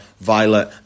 Violet